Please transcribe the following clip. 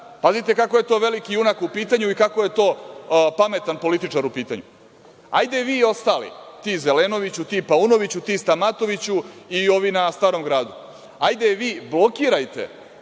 pazite kako je to veliki junak u pitanju i kako je to pametan političar u pitanju. Hajde vi ostali, ti Zelenoviću, ti Paunoviću, ti Stamatoviću i ovi na Starom gradu, hajde vi blokirajte